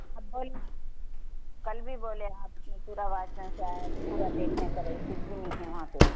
اب بولیے کل بھی بولے آپ نے پورا واچمینس آیا تھا پورا دیکھنے کر کچھ بھی نہیں ہے وہاں پہ